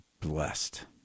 blessed